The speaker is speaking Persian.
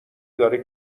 داره